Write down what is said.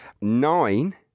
nine